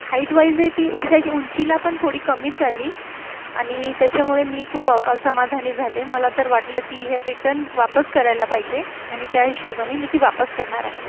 हाईटवाईजही ती उंचीला पण थोडी कमीच आली आणि त्याच्यामुळे मी खूप अव असमाधानी झाले मला तर वाटलं की हे रिटर्न वापस करायला पाहिजे आणि त्या हिशोबानी मी ती वापस करणार आहे